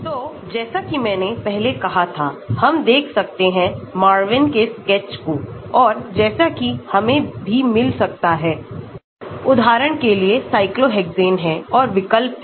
तो जैसा कि मैंने पहलेकहां था हम देख सकते हैंमार्विन के स्केच को और जैसा कि हमें भी मिल सकता है उदाहरण के लिए यह cyclohexane है और विकल्प है cyclohexane का